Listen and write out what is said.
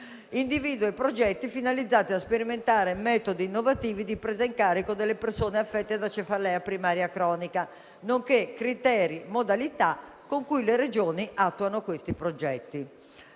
individui i progetti finalizzati a sperimentare metodi innovativi di presa in carico delle persone affette da cefalea primaria cronica, nonché criteri e modalità con cui le Regioni attuano questi progetti.